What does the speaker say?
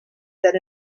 that